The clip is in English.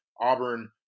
Auburn